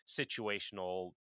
situational